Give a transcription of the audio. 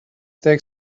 deg